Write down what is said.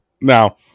Now